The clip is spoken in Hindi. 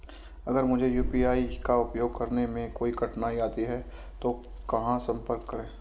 अगर मुझे यू.पी.आई का उपयोग करने में कोई कठिनाई आती है तो कहां संपर्क करें?